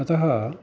अतः